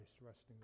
resting